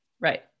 Right